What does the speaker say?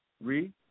Read